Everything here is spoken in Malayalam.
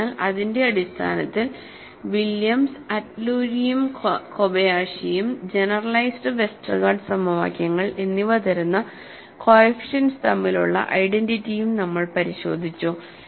അതിനാൽ അതിന്റെ അടിസ്ഥാനത്തിൽ വില്യംസ് അറ്റ്ലൂരിയും കോബയാഷിയും ജനറലൈസ്ഡ് വെസ്റ്റർഗാർഡ് സമവാക്യങ്ങൾ എന്നിവ തരുന്ന കോഎഫിഷ്യന്റ്സ് തമ്മിലുള്ള ഐഡന്റിറ്റിയും നമ്മൾ പരിശോധിച്ചു